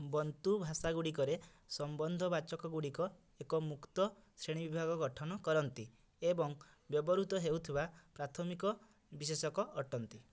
ବନ୍ତୁ ଭାଷାଗୁଡ଼ିକରେ ସମ୍ବନ୍ଧବାଚକଗୁଡ଼ିକ ଏକ ମୁକ୍ତ ଶ୍ରେଣୀବିଭାଗ ଗଠନ କରନ୍ତି ଏବଂ ବ୍ୟବହୃତ ହେଉଥିବା ପ୍ରାଥମିକ ବିଶେଷକ ଅଟନ୍ତି